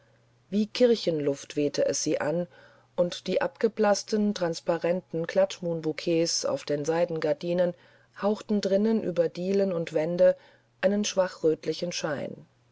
wie kirchenluft wehte es sie an und die abgeblaßten transparenten klatschblumenbouketts der seidengardinen hauchten drinnen über dielen und wände einen schwachrötlichen schein